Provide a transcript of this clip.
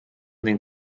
den